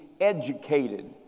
educated